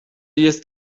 jest